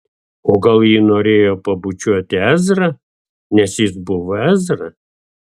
o gal ji norėjo pabučiuoti ezrą nes jis buvo ezra